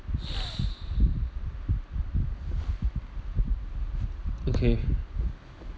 okay